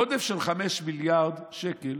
עודף של 5 מיליארד שקל